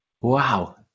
Wow